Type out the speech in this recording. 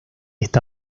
está